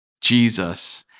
Jesus